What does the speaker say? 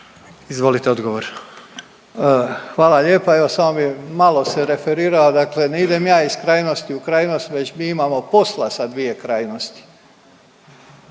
Davor (HDZ)** Hvala lijepa. Evo samo bi malo se referirao, dakle ne idem ja iz krajnosti u krajnost već mi imamo posla sa dvije krajnosti.